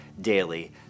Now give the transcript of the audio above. daily